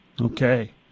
okay